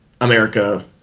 America